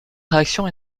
réaction